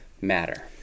matter